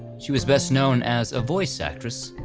she was best known as a voice actress,